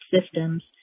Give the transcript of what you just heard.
systems